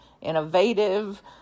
innovative